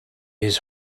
his